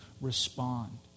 respond